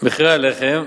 מחירי הלחם: